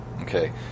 Okay